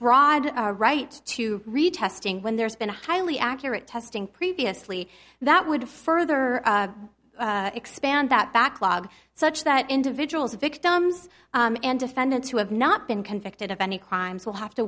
broad right to retesting when there's been a highly accurate testing previously that would further expand that backlog such that individuals victims and defendants who have not been convicted of any crimes will have to